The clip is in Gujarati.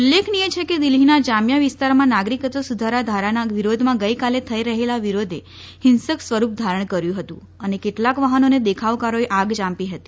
ઉલ્લેખનીય છે કે દિલ્હીના જામીયા વિસ્તારમાં નાગરિકત્વ સુધારા ધારાના વિરોધમાં ગઈકાલે થઈ રહેલા વિરોધે હિંસક સ્વરૂપ ધારણ કર્યું હતું અને કેટલાંક વાહનોને દેખાવકારોએ આગ ચાંપી હતી